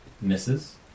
misses